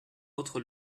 autres